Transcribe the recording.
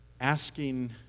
asking